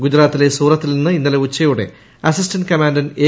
ഗുജറാത്തിലെ സൂറത്തിൽ നിന്ന് ഇന്നലെ ഉച്ചയോടെ അസിസ്റ്റന്റ് കമ്മാൻഡന്റ് എ